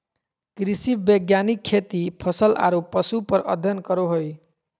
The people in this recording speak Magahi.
कृषि वैज्ञानिक खेती, फसल आरो पशु पर अध्ययन करो हइ